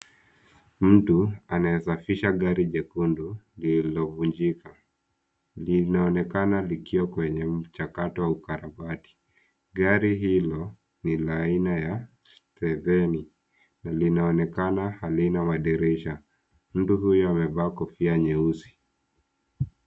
Mtu anayesafisha gari jekundu lililovunjika. Linaonekana likiwa kwenye mchakato wa ukarabati. Gari hilo ni la aina ya Steveni na linaonekana halina madirisha. Mtu huyu amevaa kofia nyeusi.